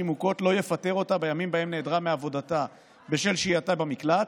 מוכות לא יפטר אותה בימים שבהם נעדרה מעבודתה בשל שהייתה במקלט,